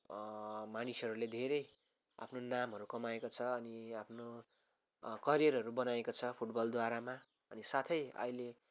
मानिसहरूले धेरै आफ्नो नामहरू कमाएको छ अनि आफ्नो करियरहरू बनाएको छ फुटबलद्वारामा अनि साथै अहिले